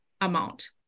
amount